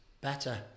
better